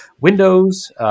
Windows